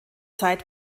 zeit